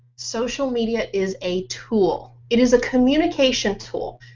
social media is a tool. it is a communication tool.